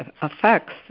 affects